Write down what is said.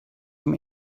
dem